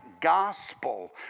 gospel